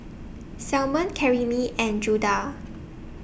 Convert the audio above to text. Simone Karyme and Judah